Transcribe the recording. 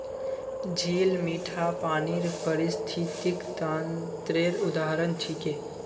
झील मीठा पानीर पारिस्थितिक तंत्रेर उदाहरण छिके